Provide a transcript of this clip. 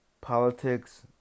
politics